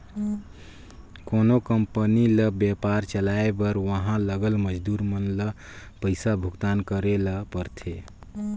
कोनो कंपनी ल बयपार चलाए बर उहां लगल मजदूर मन ल पइसा भुगतान करेच ले परथे